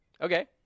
Okay